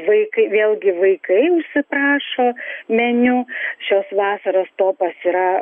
vaikai vėlgi vaikai užsiprašo meniu šios vasaros topas yra